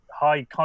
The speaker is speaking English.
high